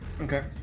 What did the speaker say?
Okay